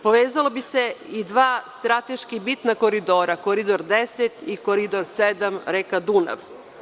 Povezala bi se i dva strateški bitna koridora, Koridor 10 i Koridor 7 – reka Dunav.